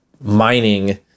mining